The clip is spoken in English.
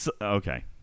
Okay